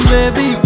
Baby